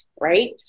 right